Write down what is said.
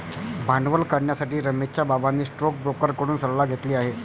भांडवल करण्यासाठी रमेशच्या बाबांनी स्टोकब्रोकर कडून सल्ला घेतली आहे